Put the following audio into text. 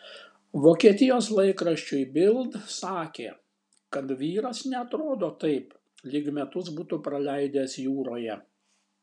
vokietijos laikraščiui bild sakė kad vyras neatrodo taip lyg metus būtų praleidęs jūroje